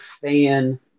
fan